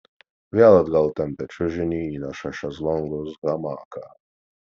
vėl atgal tempia čiužinį įneša šezlongus hamaką